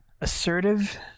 assertive